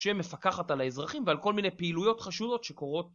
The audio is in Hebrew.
שהיא המפקחת על האזרחים ועל כל מיני פעילויות חשודות שקורות